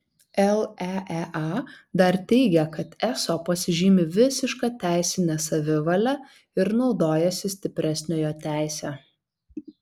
leea dar teigia kad eso pasižymi visiška teisine savivale ir naudojasi stipresniojo teise